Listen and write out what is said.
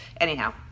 anyhow